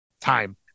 Time